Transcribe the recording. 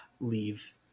leave